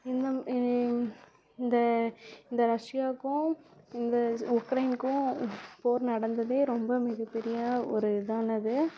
இந்த இந்த இந்த ரஷ்யாவுக்கும் இந்த ஸ் உக்ரைனுக்கும் போர் நடந்ததே ரொம்ப மிகப்பெரிய ஒரு இதானது